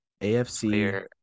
AFC